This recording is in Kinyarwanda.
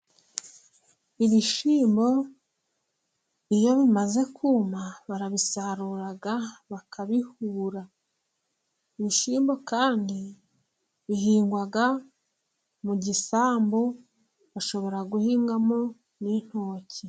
Ibishyimbo iyo bimaze kuma barabisarura bakabihura. Ibishyimbo kandi bihingwa mu gisambu, bashobora guhingamo n'intoki.